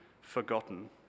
forgotten